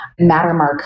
Mattermark